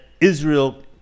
Israel